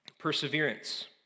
Perseverance